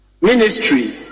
Ministry